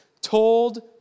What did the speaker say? told